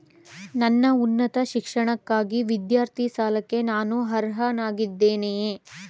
ನನ್ನ ಉನ್ನತ ಶಿಕ್ಷಣಕ್ಕಾಗಿ ವಿದ್ಯಾರ್ಥಿ ಸಾಲಕ್ಕೆ ನಾನು ಅರ್ಹನಾಗಿದ್ದೇನೆಯೇ?